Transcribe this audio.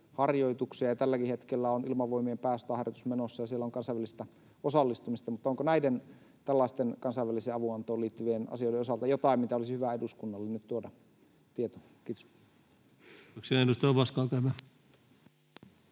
tälläkin hetkellä on Ilmavoimien pääsotaharjoitus menossa, ja siellä on kansainvälistä osallistumista — mutta onko näiden tällaisten kansainvälisen avun antoon liittyvien asioiden osalta jotain, mistä olisi hyvä eduskunnalle nyt tuoda tietoa? — Kiitos.